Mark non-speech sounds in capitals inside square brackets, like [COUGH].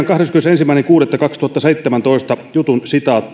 [UNINTELLIGIBLE] kahdeskymmenesensimmäinen kuudetta kaksituhattaseitsemäntoista jutun